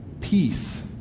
peace